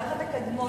זה החטא הקדמון,